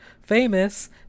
famous